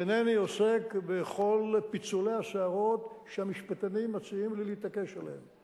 ואינני עוסק בכל פיצולי השערות שהמשפטנים מציעים לי להתעקש עליהם.